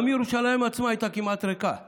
גם ירושלים עצמה הייתה ריקה כמעט.